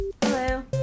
Hello